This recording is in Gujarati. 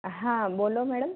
હા બોલો મેડમ